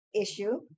issue